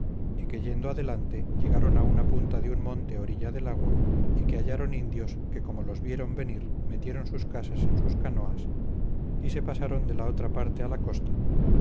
que yendo adelante llegaron a una punta de un monte orilla del agua y que hallaron indios que como los vieron venir metieron sus casas en sus canoas y se pasaron de la otra parte a la costa